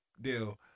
deal